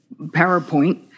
PowerPoint